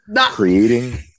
creating